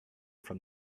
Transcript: from